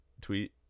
tweet